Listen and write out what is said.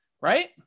right